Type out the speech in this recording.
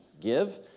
give